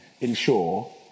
ensure